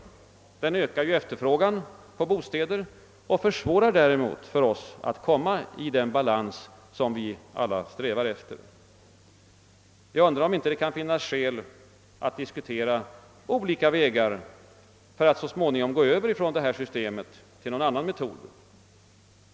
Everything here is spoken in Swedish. Den ökar ju efterfrågan på bostäder och försvårar för oss att komma i den balans som vi alla strävar efter. Jag undrar om det inte kan finnas skäl att diskutera olika vägar för att så småningom gå över från paritetslånesystemet till någon annan metod.